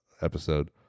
episode